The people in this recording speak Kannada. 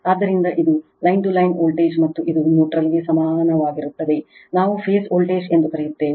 ಆದ್ದರಿಂದ ಇದು ಲೈನ್ ಟು ಲೈನ್ ವೋಲ್ಟೇಜ್ ಮತ್ತು ಇದು ನ್ಯೂಟ್ರಲ್ ಗೆ ಸಮಾನವಾಗಿರುತ್ತದೆ ನಾವು ಫೇಸ್ ವೋಲ್ಟೇಜ್ ಎಂದು ಕರೆಯುತ್ತೇವೆ